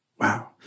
Wow